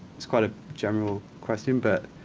it's quite a general question, but